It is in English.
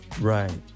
right